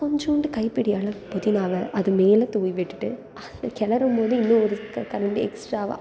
கொஞ்சண்டு கைப்பிடி அளவு புதினாவை அது மேலே தூவி விட்டுட்டு அதில் கிளரும் போது இன்னும் ஒரு கரண்டி எக்ஸ்ட்ராவாக